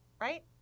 right